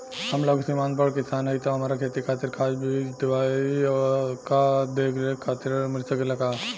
हम लघु सिमांत बड़ किसान हईं त हमरा खेती खातिर खाद बीज दवाई आ देखरेख खातिर ऋण मिल सकेला का?